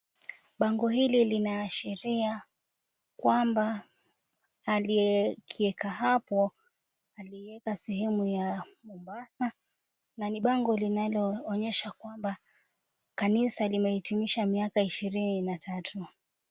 Bango hili lina sheria kwamba aliyekieka hapo aliieka sehemu ya Mombasa, na ni bango linalonyesha kwamba kanisa limeitimisha miaka ishirini na tatu.